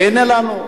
והנה לנו,